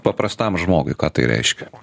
paprastam žmogui ką tai reiškia